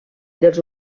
dels